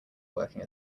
working